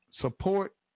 Support